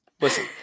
listen